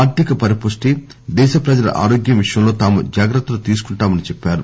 ఆర్దిక పరిపుష్టి దేశప్రజల ఆరోగ్యం విషయంలో తాము జాగ్రత్తలు తీసుకుంటామని చెప్పారు